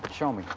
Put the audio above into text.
but show me,